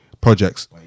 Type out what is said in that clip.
projects